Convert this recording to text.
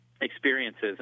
experiences